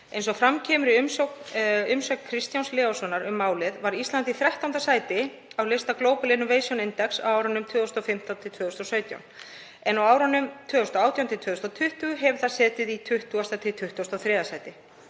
Eins og fram kemur í umsögn Kristjáns Leóssonar um málið var Ísland í 13. sæti á lista Global Innovation Index á árunum 2015–2017 en á árunum 2018–2020 hefur það setið í 20.–23. sæti.